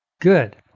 good